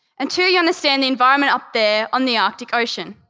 until you understand the environment up there on the arctic ocean.